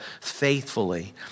faithfully